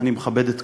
אני מכבד את כולם,